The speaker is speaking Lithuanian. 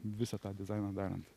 visą tą dizainą darant